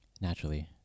naturally